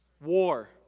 war